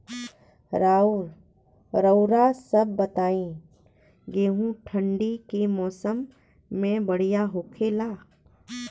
रउआ सभ बताई गेहूँ ठंडी के मौसम में बढ़ियां होखेला?